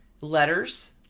Letters